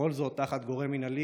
וכל זאת תחת גורם מינהלי